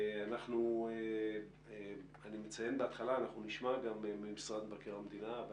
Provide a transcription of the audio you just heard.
אנחנו נשמע את משרד מבקר המדינה אבל